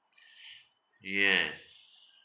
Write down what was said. yes